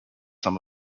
some